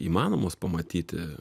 įmanomos pamatyti